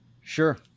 Sure